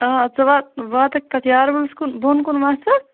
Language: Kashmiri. آ ژٕ وات واتَکھ تتھ یارٕ بَلَس کُن بۄن کُن وَسَکھ